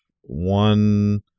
one